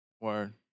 Word